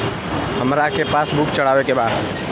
हमरा के पास बुक चढ़ावे के बा?